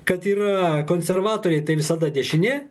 kad yra konservatoriai tai visada dešinė